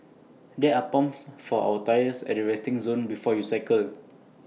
there are pumps for our tyres at the resting zone before you cycle